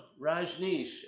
Rajneesh